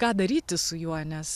ką daryti su juo nes